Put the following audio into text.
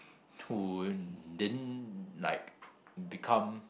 who didn't like become